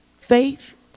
faith